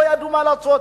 לא ידעו מה לעשות,